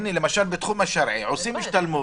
למשל בתחום השרעי עושים השתלמות,